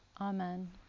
Amen